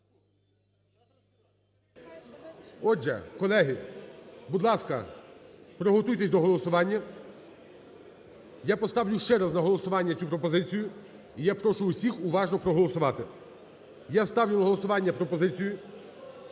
Отже, колеги, будь ласка, приготуйтеся до голосування. Я поставлю ще раз на голосування цю пропозицію і я прошу всіх уважно проголосувати. Я ставлю на голосування пропозицію,